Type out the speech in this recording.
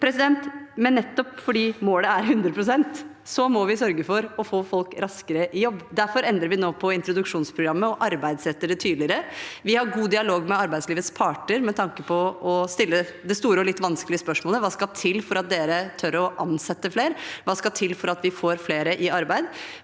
der du kom fra? Nettopp fordi målet er 100 pst., må vi sørge for å få folk raskere i jobb. Derfor endrer vi nå på introduksjonsprogrammet og arbeidsretter det tydeligere. Vi har god dialog med arbeidslivets parter med tanke på å stille det store og litt vanskelige spørsmålet: Hva skal til for at dere tør å ansette flere? Hva skal til for at vi får flere i arbeid?